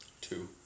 Two